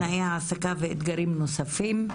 תנאי העסקה ואתגרים נוספים.